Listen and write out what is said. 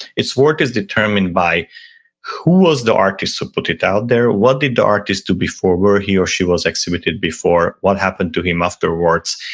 it's worth is determined by who was the artist who put it out there? what did the artist do before where he or she was exhibited before? what happened to him afterwards?